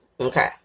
Okay